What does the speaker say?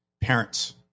parents